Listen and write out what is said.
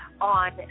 On